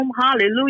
Hallelujah